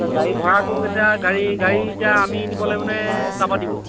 গাড়ী ভাড়াটো এতিয়া গাড়ী গাড়ী এতিয়া আমি নিব লাগিবনে তাৰপৰা দিব